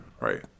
right